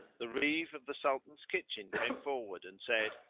the reeve of the sultan's kitchen came forward and said,